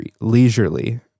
leisurely